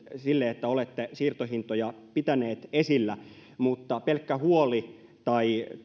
sille että olette siirtohintoja pitäneet esillä mutta pelkkä huoli tai